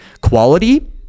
quality